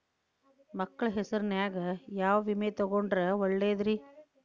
ಮಕ್ಕಳ ಹೆಸರಿನ್ಯಾಗ ಯಾವ ವಿಮೆ ತೊಗೊಂಡ್ರ ಒಳ್ಳೆದ್ರಿ?